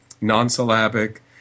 non-syllabic